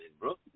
bro